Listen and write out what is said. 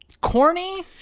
corny